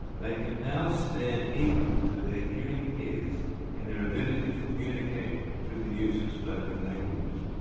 they can now stand equal to their hearing peers in their ability to communicate through the use of spoken language.